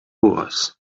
was